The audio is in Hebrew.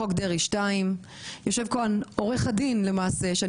חוק דרעי 2. יושב כאן עורך דין שאני